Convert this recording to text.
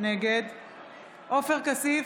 נגד עופר כסיף,